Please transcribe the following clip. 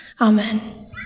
Amen